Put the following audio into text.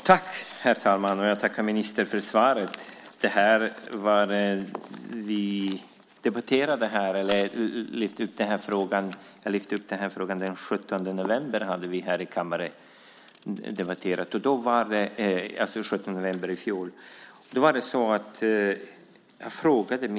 Herr talman! Jag tackar ministern för svaret. Denna fråga debatterade vi den 17 november 2006.